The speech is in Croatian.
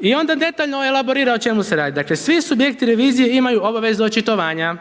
I onda detaljno elaborira o čemu se radi, dakle svi subjekti revizije imaju obavezu očitovanja,